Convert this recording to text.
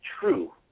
true